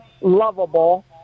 lovable